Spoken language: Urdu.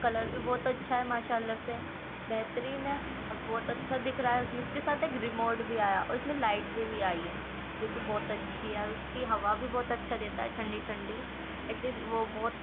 کلر بھی بہت اچھا ہے ماشا اللہ سے بہترین ہے اور بہت اچھا دکھ رہا ہے اس میں اس کے ساتھ ایک ریموٹ بھی آیا اس میں لائٹ بھی آئی ہے جو کہ بہت اچھی ہے اور اس کی ہوا بھی بہت اچھا دیتا ہے ٹھنڈی ٹھنڈی ایٹ لیسٹ وہ بہت